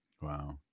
wow